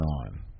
on